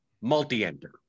multi-enter